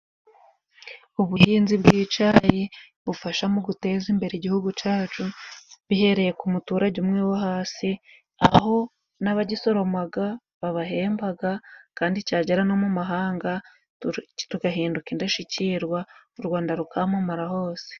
Ubuhinzi bw'icayi bufasha mu guteza imbere igihugu cyacu bihereye ku muturage umwe wo hasi, aho n'abagisoromaga babahembaga kandi cyagera no mu mahanga tugahinduka indashyikirwa u Rwanda rukamamara hose.